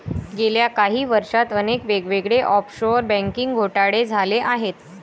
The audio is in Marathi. गेल्या काही वर्षांत अनेक वेगवेगळे ऑफशोअर बँकिंग घोटाळे झाले आहेत